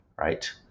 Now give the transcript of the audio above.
right